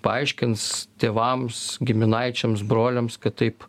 paaiškins tėvams giminaičiams broliams kad taip